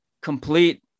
complete